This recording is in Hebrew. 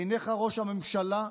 עיניך, ראש הממשלה,